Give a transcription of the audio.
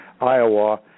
Iowa